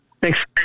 thanks